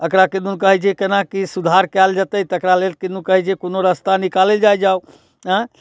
एकरा किदन कहै छै केना की सुधार कयल जेतै तकरा लेल किदन कहै छै कोनो रास्ता निकालै जाइ जाऊ एँ